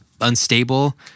Unstable